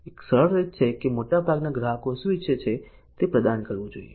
એક સરળ રીત એ છે કે મોટાભાગના ગ્રાહકો શું ઇચ્છે છે તે પ્રદાન કરવું જોઈએ